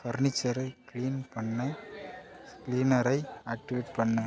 ஃபர்னிச்சரை clean பண்ணு க்ளீனரை activate பண்ணு